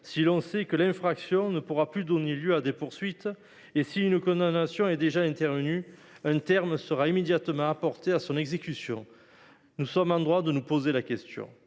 si l’on sait que l’infraction ne pourra plus donner lieu à des poursuites ou, si une condamnation est déjà intervenue, qu’un terme sera immédiatement apporté à son exécution ? Nous sommes en droit de nous poser la question.